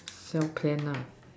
some plan lah